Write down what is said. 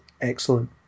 excellent